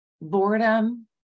Boredom